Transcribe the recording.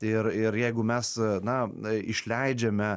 ir ir jeigu mes nae išleidžiame